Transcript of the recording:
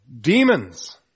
demons